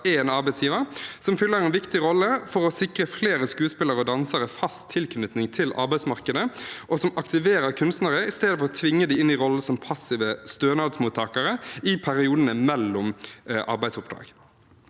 en arbeidsgiver som fyller en viktig rolle for å sikre flere skuespillere og dansere fast tilknytning til arbeidsmarkedet, og som aktiverer kunstnere i stedet for å tvinge dem inn i rollen som passive stønadsmottakere i periodene mellom arbeidsoppdrag.